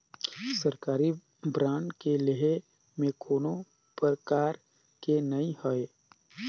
सरकारी बांड के लेहे में कोनो परकार के नइ हे